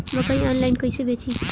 मकई आनलाइन कइसे बेची?